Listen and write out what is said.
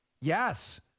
yes